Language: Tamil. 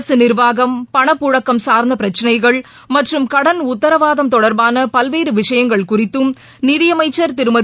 அரசுநிர்வாகம் பணபுழக்கம் சாா்ந்தபிரச்சனைகள் மற்றம் கடன் உத்தரவாதம் தொடர்பானபல்வேறுவிஷயங்கள் குறித்தம் நிதியளமச்சர் திருமதி